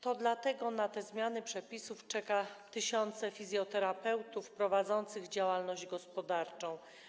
To dlatego na te zmiany przepisów czekają tysiące fizjoterapeutów prowadzących działalność gospodarczą.